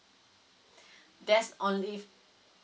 there's only if